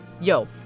yo